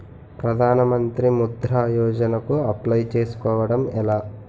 ప్రధాన మంత్రి ముద్రా యోజన కు అప్లయ్ చేసుకోవటం ఎలా?